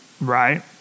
Right